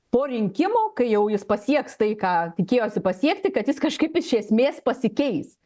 po rinkimų kai jau jis pasieks tai ką tikėjosi pasiekti kad jis kažkaip iš esmės pasikeis